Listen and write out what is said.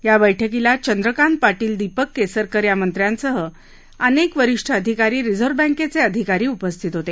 या बैठकीला चंद्रकांत पाटील दीपक केसरकर या मंत्र्यांसह अनेक वरिष्ठ अधिकारी रिझर्व्ह बँकेचे अधिकारी उपस्थित होते